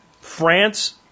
France